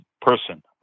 person